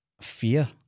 fear